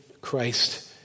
Christ